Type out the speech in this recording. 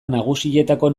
nagusietako